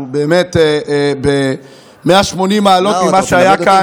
הוא צריך לקבל שאלות בעניין משרדו,